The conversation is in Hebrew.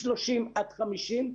מ-30 עד 50,